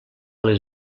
les